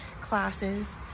classes